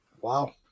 Wow